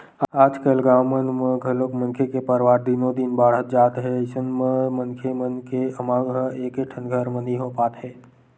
आजकाल गाँव मन म घलोक मनखे के परवार दिनो दिन बाड़हत जात हे अइसन म मनखे मन के अमाउ ह एकेठन घर म नइ हो पात हे